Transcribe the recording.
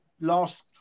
last